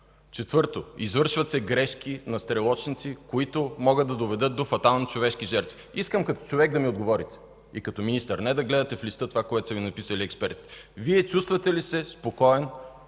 Четвърто, извършват се грешки на стрелочници, които могат да доведат до фатални човешки жертви. Искам като човек и министър да ми отговорите, не да гледате в листа това, което са Ви написали експертите: Вие чувствате ли се спокоен